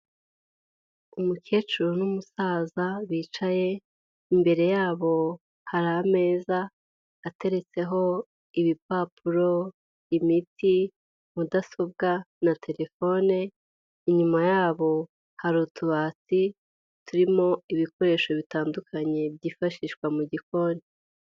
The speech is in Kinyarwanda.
Umukecuru n'umusaza bicaye imbere yabo hari ameza ateretseho ibipapuro, imiti, mudasobwa na terefone. Inyuma yabo hari utubati turimo ibikoresho bitandukanye byifashishwa mu gikoni.